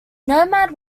nomad